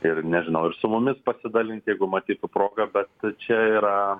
ir nežinau ir su mumis pasidalinti jeigu matytų progą bet čia yra